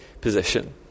position